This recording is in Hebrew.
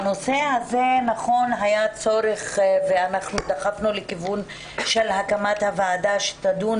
בנושא הזה היה צורך ואנחנו דחפנו לכיוון של הקמת ועדה שתדון